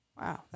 Wow